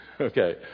Okay